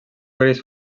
gris